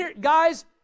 Guys